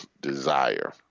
desire